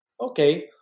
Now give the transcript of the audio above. Okay